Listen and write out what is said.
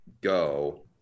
go